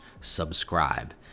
subscribe